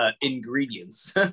ingredients